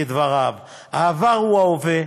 כדבריו: "העבר הוא ההווה,